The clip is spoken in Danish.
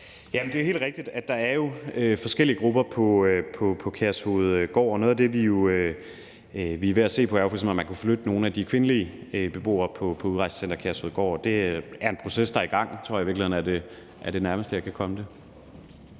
Det er helt rigtigt, at der jo er forskellige grupper på Kærshovedgård. Noget af det, vi er ved at se på, er f.eks., om man kunne flytte nogle af de kvindelige beboere på Udrejsecenter Kærshovedgård. Det er en proces, der er i gang, og det tror jeg i virkeligheden er det nærmeste, jeg kan komme det.